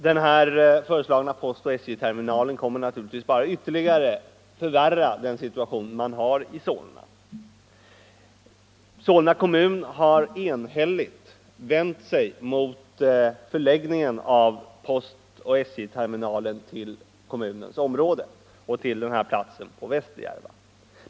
Den föreslagna postoch SJ-terminalen kommer naturligtvis bara att ytterligare förvärra situationen i Solna. Solna kommun har enhälligt vänt sig mot förläggningen av postoch SJ-terminalen till kommunens område och till denna plats i Västerjärva.